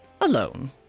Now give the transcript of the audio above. alone